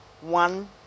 one